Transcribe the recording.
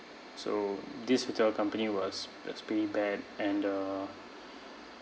so this hotel company was was pretty bad and uh